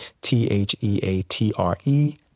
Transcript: T-H-E-A-T-R-E